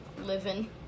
Living